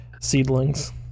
Seedlings